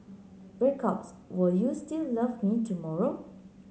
breakups will you still love me tomorrow